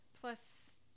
plus